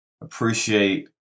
appreciate